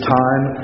time